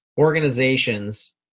organizations